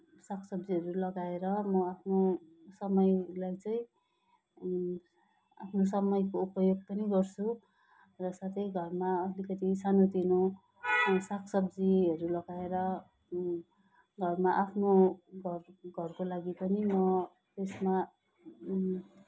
सागसब्जीहरू लगाएर म आफ्नो समयलाई चाहिँ आफ्नो समयको उपयोग पनि गर्छु र साथै घरमा अलिकति सानोतिनो सागसब्जीहरू लगाएर घरमा आफ्नो घर घरको लागि पनि म उसमा